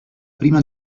prima